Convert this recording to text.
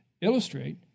illustrate